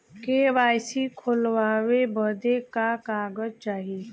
KYC खोलवावे बदे का का कागज चाही?